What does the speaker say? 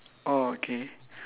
oh okay